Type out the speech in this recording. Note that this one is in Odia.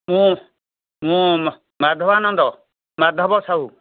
ମୁଁ ମୁଁ ମାଧବାନନ୍ଦ ମାଧବ ସାହୁ